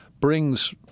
brings